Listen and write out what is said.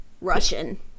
Russian